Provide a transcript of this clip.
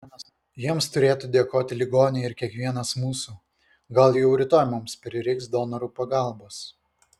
jiems turėtų dėkoti ligoniai ir kiekvienas mūsų gal jau rytoj mums prireiks donorų pagalbos